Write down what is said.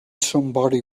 somebody